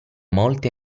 molti